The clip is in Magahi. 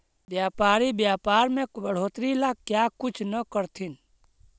व्यापारी व्यापार में बढ़ोतरी ला क्या कुछ न करथिन